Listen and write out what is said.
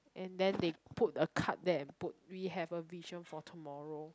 and then they put a card there and put we have a vision for tomorrow